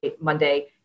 Monday